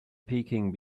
peking